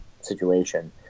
situation